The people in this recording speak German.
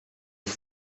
ist